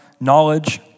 knowledge